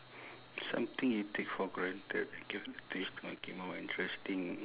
something you take for granted and give it a twist to make it more interesting